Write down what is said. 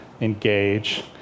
engage